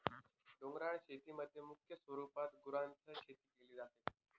डोंगराळ शेतीमध्ये मुख्य स्वरूपात गुरांची शेती केली जाते